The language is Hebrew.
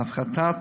להפחתת